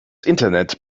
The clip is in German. internet